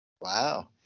Wow